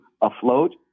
afloat